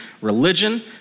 religion